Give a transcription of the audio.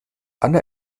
anna